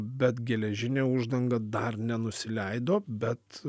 bet geležinė uždanga dar nenusileido bet